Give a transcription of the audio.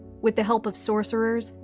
with the help of sorcerers,